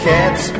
Cats